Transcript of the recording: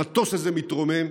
המטוס הזה מתרומם,